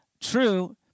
true